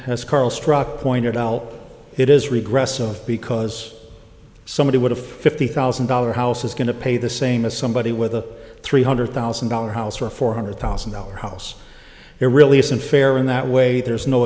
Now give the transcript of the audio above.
then as carl strock pointed out it is regress so because somebody would have fifty thousand dollar houses going to pay the same as somebody with a three hundred thousand dollars house or a four hundred thousand dollars house there really isn't fair in that way there's no